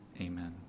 Amen